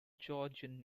georgian